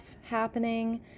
happening